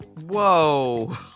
Whoa